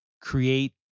create